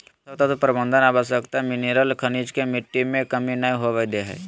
पोषक तत्व प्रबंधन आवश्यक मिनिरल खनिज के मिट्टी में कमी नै होवई दे हई